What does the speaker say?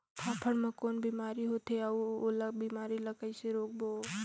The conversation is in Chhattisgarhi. फाफण मा कौन बीमारी होथे अउ ओला बीमारी ला कइसे रोकबो?